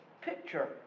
picture